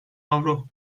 avro